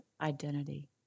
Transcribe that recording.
identity